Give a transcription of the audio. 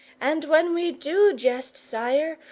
and when we do jest, sire,